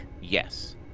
yes